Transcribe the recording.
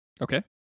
Okay